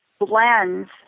blends